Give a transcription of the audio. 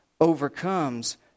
overcomes